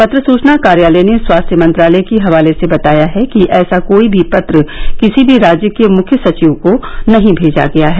पत्र सुचना कार्योलय ने स्वास्थ्य मंत्रालय के हवाले से बताया है कि ऐसा कोई भी पत्र किसी भी राज्य के मुख्य सचिव को नहीं भेजा गया है